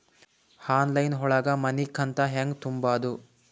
Online ಒಳಗ ಮನಿಕಂತ ಹ್ಯಾಂಗ ತುಂಬುದು?